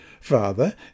Father